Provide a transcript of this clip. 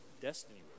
Destiny